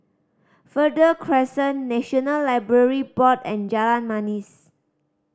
Verde Crescent National Library Board and Jalan Manis